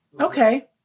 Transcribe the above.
Okay